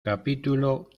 capítulo